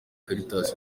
caritas